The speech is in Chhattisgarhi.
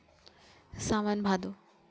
सावन भादो